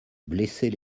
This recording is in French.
blessait